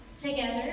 Together